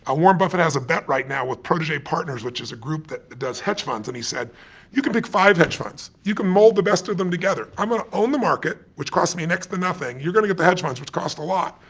ah warren buffett has a bet right now with protege partners, which is a group that does hedge funds, and he said you can pick five hedge funds. you can mold the best of them together. i'm gonna own the market, which costs me next to nothing. you're gonna get the hedge funds, which cost a lot.